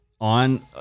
on